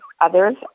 others